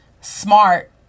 smart